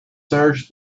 search